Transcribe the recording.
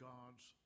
God's